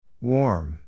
Warm